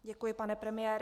Děkuji, pane premiére.